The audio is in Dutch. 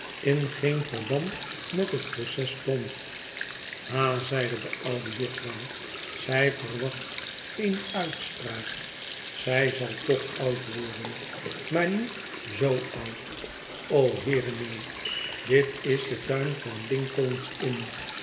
in geen verband met het proces stond ha zeide de oude jufvrouw zij verwacht geene uitspraak zij zal toch oud worden maar niet zoo oud o heere neen dit is de tuin van lincoln s inn